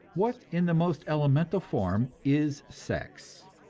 what, in the most elemental form, is sex?